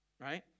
Right